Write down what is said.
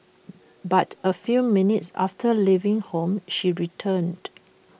but A few minutes after leaving home she returned